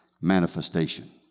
manifestation